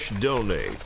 donate